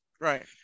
right